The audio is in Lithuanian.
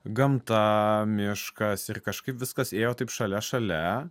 gamta miškas ir kažkaip viskas ėjo taip šalia šalia